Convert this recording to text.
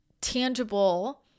tangible